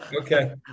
Okay